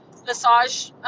massage